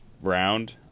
round